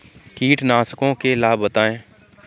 कीटनाशकों के लाभ बताएँ?